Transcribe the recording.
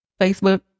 Facebook